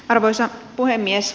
arvoisa puhemies